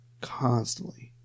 Constantly